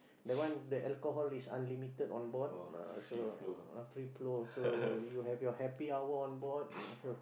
that one the alcohol is unlimited on board uh so uh free flow also you have your happy hour on board uh so